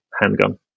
handgun